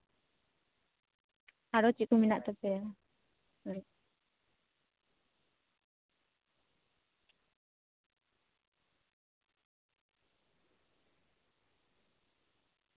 ᱟᱨᱚ ᱪᱮᱫ ᱠᱚ ᱢᱮᱱᱟᱜ ᱛᱟᱯᱮᱭᱟ